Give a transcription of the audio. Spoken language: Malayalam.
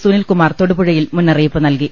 സുനിൽകുമാർ തൊടുപുഴയിൽ മുന്നറിയിപ്പ് നൽകി